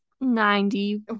Ninety